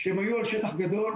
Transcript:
שהן היו על שטח גדול.